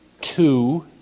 two